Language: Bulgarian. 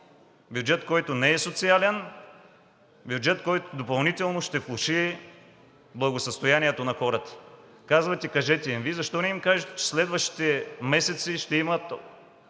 бюджет, който не е социален. Бюджет, който допълнително ще влоши благосъстоянието на хората. Казвате: кажете им. Вие защо не им кажете, че следващите месеци ще има